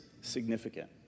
significant